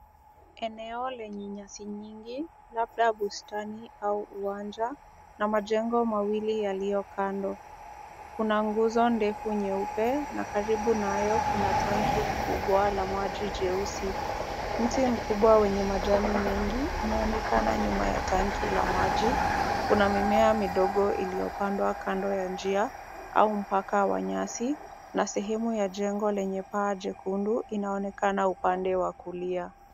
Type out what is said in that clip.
Eneo lenye nyasi nyingi, labda bustani au uwanja, na majengo mawili yaliyo kando. Kuna nguzo kubwa nyeupe na karibu nayo kuna tanki kubwa la maji jeusi. Mti mkubwa lenye majani mengi linaonekana nyuma ya tanki la maji. Kuna mimea midogo iliyopandwa kando ya njia, au mpaka wa nyasi, na sehemu ya jengo lenye paa jekundu linaonekana upande wa kulia